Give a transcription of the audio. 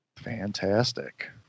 Fantastic